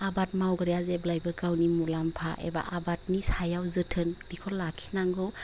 आबाद मावग्राया जेब्लायबो गावनि मुलाम्फा एबा आबादनि सायाव जोथोन बेखौ लाखिनांगौ